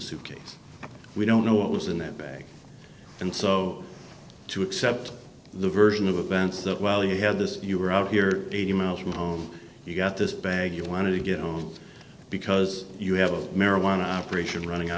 suitcase we don't know what was in that bag and so to accept the version of events that well you had this you were out here eighty miles from home you got this bag you want to get on because you have a marijuana operation running out